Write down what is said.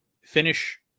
finish